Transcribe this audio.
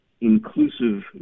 inclusive